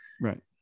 Right